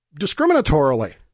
discriminatorily